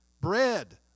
bread